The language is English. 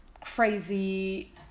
crazy